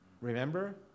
Remember